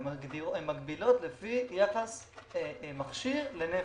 הן מגבילות לפי יחס מכשיר לנפש.